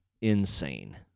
insane